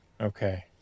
Okay